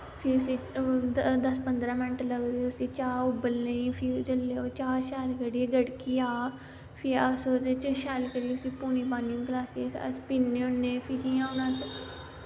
फ्ही उसी दस पंदरां मैन्ट लगदे फ्ही उसी चाह् उब्बलने ई फ्ही ओह् जेल्लै चाह् शैल करियै गड़किया फ्ही अस ओह्दे च शैल करियै पुनी पनी गलासे च अस पीने होने फ्ही जियां हून अस